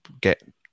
get